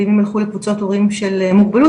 ואם הם יילכו לקבוצות הורים של מוגבלות